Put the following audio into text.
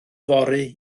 fory